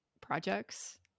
projects